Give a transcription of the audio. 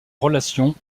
relation